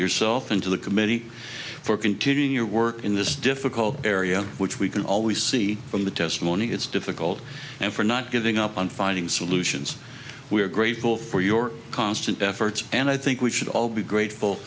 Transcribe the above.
yourself and to the committee for continuing your work in this difficult area which we can always see from the testimony it's difficult and for not giving up on finding solutions we are grateful for your constant efforts and i think we should all be grateful